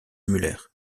müller